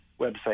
website